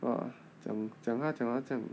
!wah! 讲他讲到这样